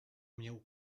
mnie